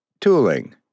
Tooling